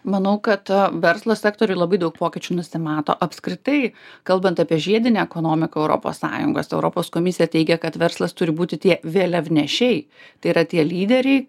manau kad verslo sektoriuj labai daug pokyčių nusimato apskritai kalbant apie žiedinę ekonomiką europos sąjungos europos komisija teigia kad verslas turi būti tie vėliavnešiai tai yra tie lyderiai